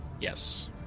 Yes